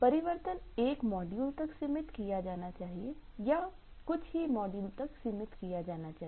परिवर्तन एक मॉड्यूल तक सीमित किया जाना चाहिए या कुछ ही मॉड्यूल तक सीमित किया जाना चाहिए